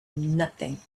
nothing